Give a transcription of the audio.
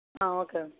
ah okay ma'am